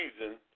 reason